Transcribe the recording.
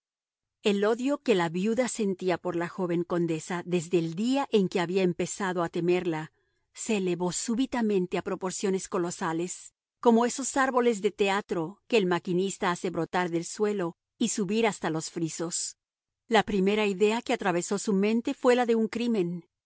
el odio que la viuda sentía por la joven condesa desde el día en que había empezado a temerla se elevó súbitamente a proporciones colosales como esos árboles de teatro que el maquinista hace brotar del suelo y subir hasta los frisos la primera idea que atravesó su mente fue la de un crimen